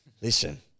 Listen